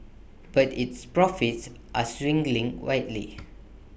but its profits are swinging wildly